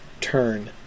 turn